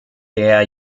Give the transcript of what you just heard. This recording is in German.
der